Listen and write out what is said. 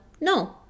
No